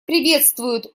приветствует